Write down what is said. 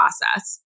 process